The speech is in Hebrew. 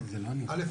א',